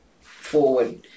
forward